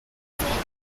primavera